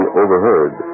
overheard